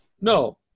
No